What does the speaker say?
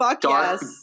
Dark